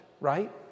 right